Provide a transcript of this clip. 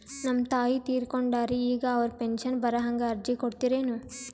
ನಮ್ ತಾಯಿ ತೀರಕೊಂಡಾರ್ರಿ ಈಗ ಅವ್ರ ಪೆಂಶನ್ ಬರಹಂಗ ಅರ್ಜಿ ಕೊಡತೀರೆನು?